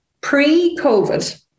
pre-COVID